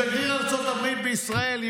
שגריר ארצות הברית בישראל,